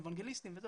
אוונגליסטים וזה,